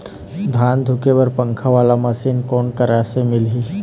धान धुके बर पंखा वाला मशीन कोन करा से मिलही?